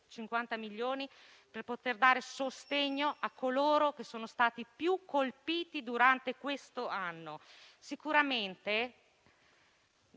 150 milioni, per poter dare sostegno a coloro che sono stati più colpiti quest'anno. Sicuramente